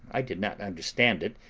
i did not understand it,